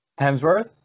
Hemsworth